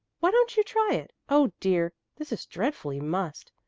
why don't you try it? oh, dear! this is dreadfully mussed,